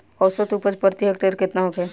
औसत उपज प्रति हेक्टेयर केतना होखे?